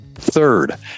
Third